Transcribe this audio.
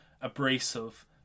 abrasive